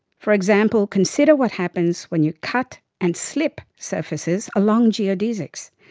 for example, consider what happens when you cut and slip surfaces along geodesics,